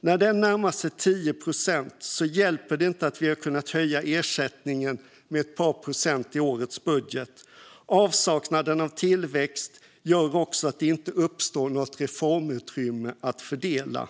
När den närmar sig 10 procent hjälper det inte att vi kunnat höja ersättningen med ett par procent i årets budget. Avsaknaden av tillväxt gör också att det inte uppstår något reformutrymme att fördela.